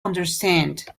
understand